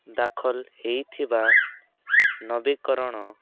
ଦାଖଲ ହେଇଥିବା ନବୀକରଣ